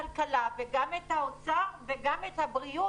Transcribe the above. הכלכלה וגם את משרד האוצר וגם את משרד הבריאות,